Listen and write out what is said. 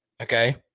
Okay